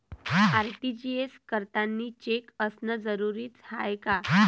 RTGS करतांनी cheque असनं जरुरीच हाय का?